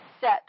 set